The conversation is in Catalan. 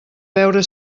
veure